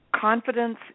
Confidence